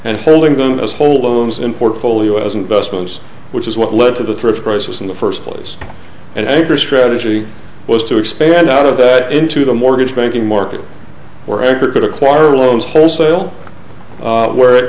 and holding them as whole loans in portfolio as investments which is what led to the first crisis in the first place and anger strategy was to expand out of that into the mortgage banking market or ever could acquire loans wholesale where it